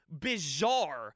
bizarre